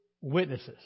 witnesses